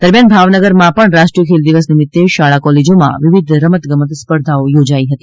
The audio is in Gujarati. દરમિયાન ભાવનગરમાં પણ રાષ્ટ્રીય ખેલ દિવસ નિમિત્તે શાળા કોલેજોમાં વિવિધ રમત ગમત સ્પર્ધાઓ યોજાઈ હતી